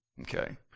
Okay